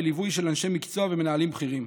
בליווי של אנשי מקצוע ומנהלים בכירים.